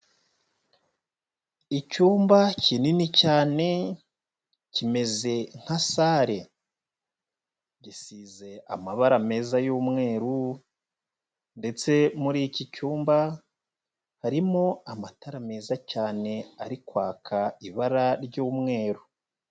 Icyumba kinini cyane kimeze nka sale, gisize amabara meza y'umweru ndetse muri iki cyumba harimo amatara meza cyane ari kwaka ibara ry'umweru.